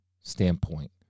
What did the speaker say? standpoint